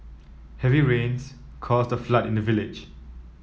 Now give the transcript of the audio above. heavy rains caused a flood in the village